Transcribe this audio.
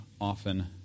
often